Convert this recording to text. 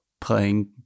playing